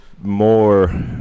more